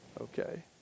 okay